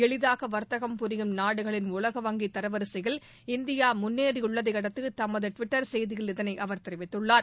எளிதாக வர்த்தகம் புரியும் நாடுகளின் வங்கி தரவரிசையில் உலக இந்தியா முன்னேறியுள்ளதையடுத்து தமது டுவிட்டர் செய்தியில் இதனை அவர் தெரிவித்துள்ளார்